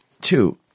Two